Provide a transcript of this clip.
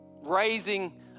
raising